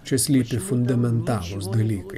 čia slypi fundamentalūs dalykai